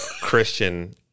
Christian